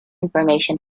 information